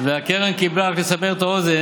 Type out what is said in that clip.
אחת הכלכלות היציבות והחזקות,